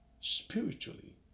spiritually